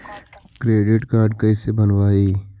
Credit card कैसे बनवाई?